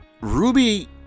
Ruby